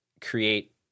create